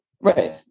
right